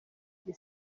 njye